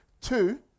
Two